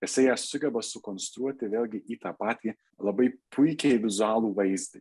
jisai ją sugeba sukonstruoti vėlgi į tą patį labai puikiai vizualų vaizdinį